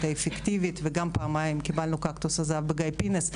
האפקטיבית וגם פעמיים קיבלנו קקטוס הזהב בגיא פינס.